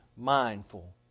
mindful